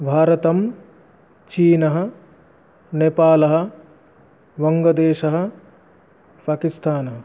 भारतम् चीनः नेपालः वङ्गदेशः पाकिस्तानः